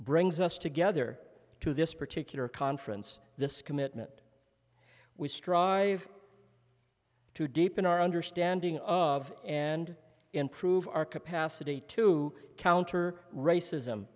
brings us together to this particular conference this commitment we strive to deepen our understanding of and improve our capacity to counter racism